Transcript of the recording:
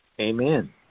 Amen